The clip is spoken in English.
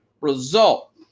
result